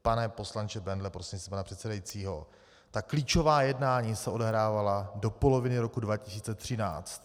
Pane poslanče Bendle prostřednictvím pana předsedajícího, ta klíčová jednání se odehrávala do poloviny roku 2013.